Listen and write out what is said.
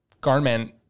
garment